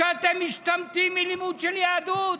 שאתם משתמטים מלימוד של יהדות?